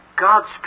God's